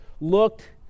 looked